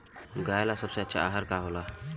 गाय ला सबसे अच्छा आहार का होला?